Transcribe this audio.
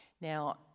Now